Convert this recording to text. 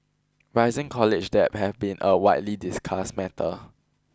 rising college debt has been a widely discussed matter